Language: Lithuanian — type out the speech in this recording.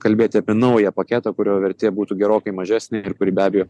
kalbėti apie naują paketą kurio vertė būtų gerokai mažesnė ir kuri be abejo